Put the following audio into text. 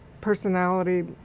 personality